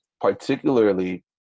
Particularly